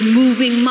moving